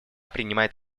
принимает